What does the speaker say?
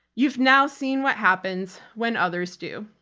you've now seen what happens when others do.